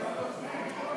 לפני החוק,